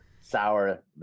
sour